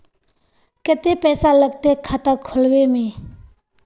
केते पैसा लगते खाता खुलबे में?